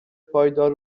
پایدار